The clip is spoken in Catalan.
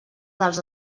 dels